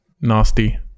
nasty